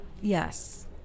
yes